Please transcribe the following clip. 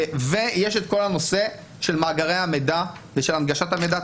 ויש את כל הנושא של מאגרי המידע ושל הנגשת המידע.